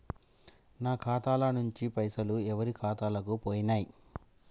నా ఖాతా ల నుంచి పైసలు ఎవరు ఖాతాలకు పోయినయ్?